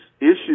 issues